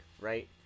right